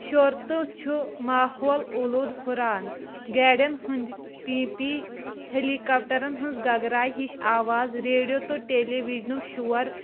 شور تہِ چھُ ماحول اولوٗدٕ ہُران گاڑین ہٕندۍ پی پی ہیٚلی کافٹَرن ہٕنز گَگراے ہِش آواز ریڈیو تہٕ ٹیلیوجنُک شور